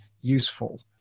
useful